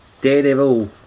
Daredevil